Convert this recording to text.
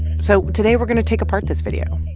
so today, we're going to take apart this video.